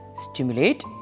stimulate